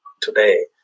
today